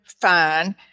fine